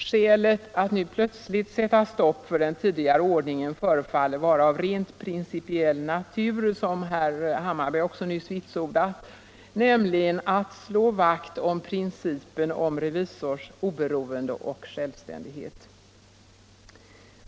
Skälet för att nu plötsligt sätta stopp för den tidigare ordningen förefaller vara av rent principiell natur — vilket herr Hammarberg också nyss vitsordat — nämligen att slå vakt kring principen om revisors oberoende och självständighet.